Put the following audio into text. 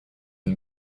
une